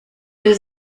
der